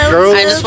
Girls